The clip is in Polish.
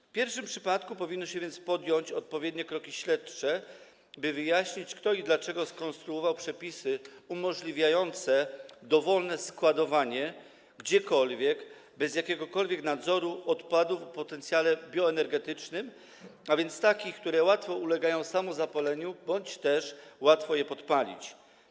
W pierwszym przypadku powinno się więc podjąć odpowiednie kroki śledcze, by wyjaśnić, kto i dlaczego skonstruował przepisy umożliwiające dowolne składowanie gdziekolwiek, bez jakiegokolwiek nadzoru odpadów o potencjale bioenergetycznym, a więc takich, które łatwo ulegają samozapaleniu bądź też łatwo podpalić.